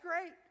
great